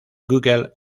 google